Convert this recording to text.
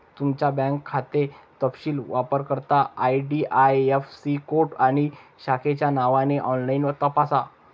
तुमचा बँक खाते तपशील वापरकर्ता आई.डी.आई.ऍफ़.सी कोड आणि शाखेच्या नावाने ऑनलाइन तपासा